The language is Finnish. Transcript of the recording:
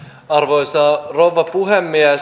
arvoisa rouva puhemies